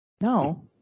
No